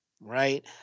right